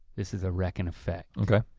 this is a rec in effect. okay.